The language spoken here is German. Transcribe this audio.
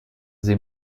sie